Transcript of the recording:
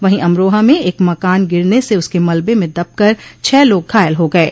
वहीं अमरोहा में एक मकान गिरने से उसके मलबे में दबकर छह लोग घायल हो गये